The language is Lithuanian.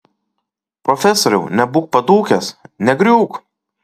profesoriau nebūk padūkęs negriūk